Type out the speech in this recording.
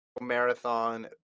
Marathon